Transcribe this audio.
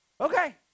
okay